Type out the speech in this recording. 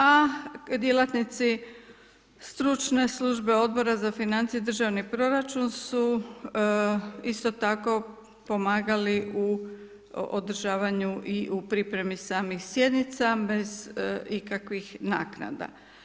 A djelatnici stručne službe Odbora za financije i državni proračun su isto tako pomagali u održavanju i u pripremi samih sjednica, bez ikakvih naknada.